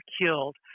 killed